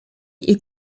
est